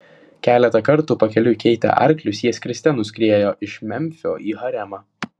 keletą kartų pakeliui keitę arklius jie skriste nuskriejo iš memfio į haremą